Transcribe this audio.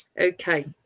Okay